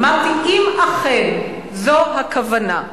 אמרתי: אם אכן זו הכוונה.